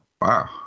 Wow